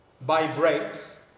vibrates